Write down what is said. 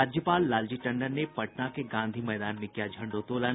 राज्यपाल लालजी टंडन ने पटना के गांधी मैदान में किया झण्डोत्तोलन